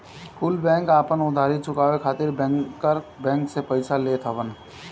कुल बैंक आपन उधारी चुकाए खातिर बैंकर बैंक से पइसा लेत हवन